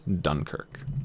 Dunkirk